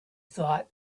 thought